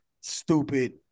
stupid